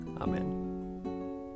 Amen